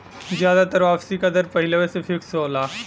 जादातर वापसी का दर पहिलवें से फिक्स होला